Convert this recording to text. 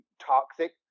toxic